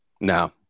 no